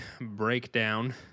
Breakdown